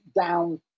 down